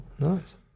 Nice